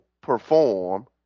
perform